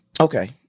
okay